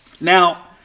Now